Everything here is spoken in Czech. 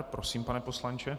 Prosím, pane poslanče.